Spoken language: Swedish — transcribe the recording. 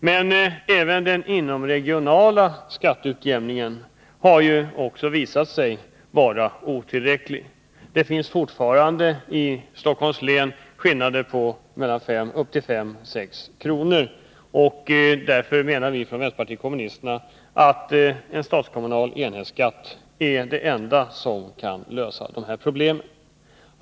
Men även den inomregionala skatteutjämningen har visat sig vara otillräcklig. Det finns fortfarande skillnader i utdebiteringen på 5-6 kr. mellan kommuner i Stockholms län. Vi från vänsterpartiet kommunisterna menar därför att en statskommunal enhetsskatt är det enda som kan lösa problemen.